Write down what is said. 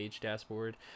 dashboard